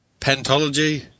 Pentology